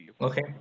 okay